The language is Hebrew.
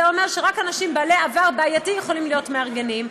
זה אומר שרק אנשים בעלי עבר בעייתי יכולים להיות מארגנים.